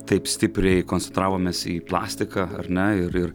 taip stipriai koncentravomės į plastiką ar ne ir ir